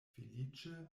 feliĉe